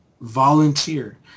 Volunteer